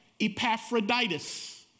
Epaphroditus